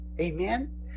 Amen